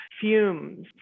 fumes